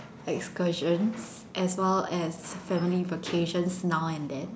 excursion as well as family vacations now and then